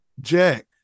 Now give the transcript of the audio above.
jack